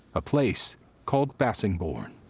a place called bassingbourn.